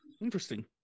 Interesting